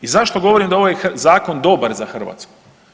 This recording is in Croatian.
I zašto govorim da je ovaj zakon dobar za Hrvatsku?